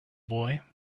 boy